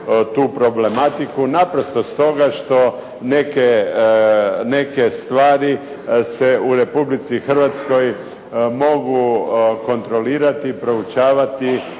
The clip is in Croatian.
tu problematiku, naprosto stoga što neke stvari se u Republici Hrvatskoj mogu kontrolirati, proučavati